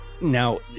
now